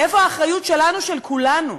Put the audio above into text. איפה האחריות שלנו, של כולנו,